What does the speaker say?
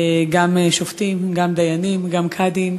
גם שופטים, גם דיינים, גם קאדים.